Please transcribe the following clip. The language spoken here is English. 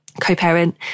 co-parent